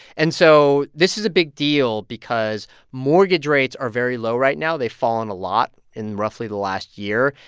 and so this is a big deal because mortgage rates are very low right now. they've fallen a lot in roughly the last year.